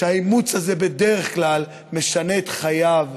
כשהאימוץ הזה בדרך כלל משנה את חייו,